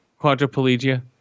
Quadriplegia